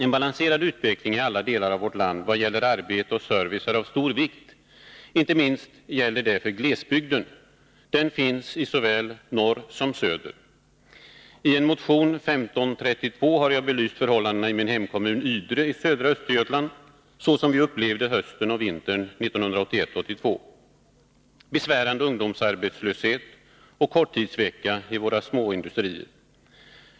En balanserad utveckling i alla delar av vårt land vad gäller arbete och service är av stor vikt. Inte minst gäller det för glesbygden. Den finns i såväl norr som söder. Ien motion, 1981/82:1532, har jag belyst förhållandena i min hemkommun Ydre i södra Östergötland, så som vi upplevde hösten och vintern 1981-1982, med bl.a. besvärande ungdomsarbetslöshet, korttidsvecka i våra småindustrier.